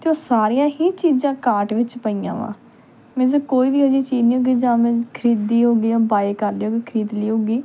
ਅਤੇ ਉਹ ਸਾਰੀਆਂ ਹੀ ਚੀਜ਼ਾਂ ਕਾਰਟ ਵਿੱਚ ਪਈਆਂ ਵਾ ਮਿਨਜ਼ ਕੋਈ ਵੀ ਅਜਿਹੀ ਚੀਜ਼ ਨਹੀਂ ਹੋਵੇਗੀ ਜਾਂ ਮਿਨਜ਼ ਖਰੀਦੀ ਹੋਵੇਗੀ ਜਾਂ ਬਾਏ ਕਰ ਲਈ ਹੋਵੇਗੀ ਖਰੀਦ ਲਈ ਹੋਵੇਗੀ